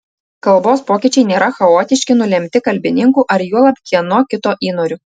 kalbos pokyčiai nėra chaotiški nulemti kalbininkų ar juolab kieno kito įnorių